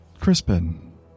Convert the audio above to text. Crispin